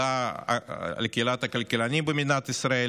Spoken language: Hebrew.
לקהילת הכלכלנים במדינת ישראל,